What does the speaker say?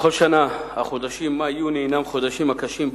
בכל שנה החודשים מאי-יוני הינם החודשים הקשים,